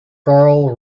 carl